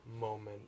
moment